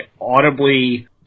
audibly